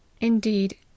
Indeed